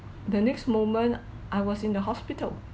the next moment I was in the hospital